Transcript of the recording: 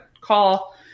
call